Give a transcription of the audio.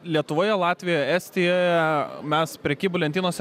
lietuvoje latvijoje estijoje mes prekybų lentynose